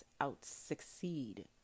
out-succeed